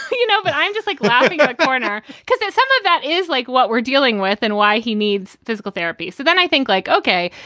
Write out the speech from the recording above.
you know? but i'm just like laughing the corner because there's some of that is like what we're dealing with and why he needs physical therapy so then i think, like, ok,